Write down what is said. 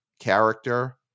character